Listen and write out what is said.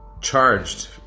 charged